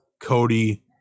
Cody